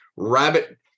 Rabbit